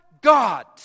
God